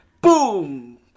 Boom